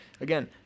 Again